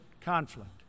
conflict